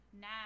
now